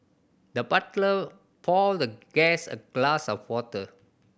the butler poured the guest a glass of water